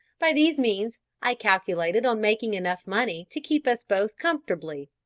by these means i calculated on making enough money to keep us both comfortably.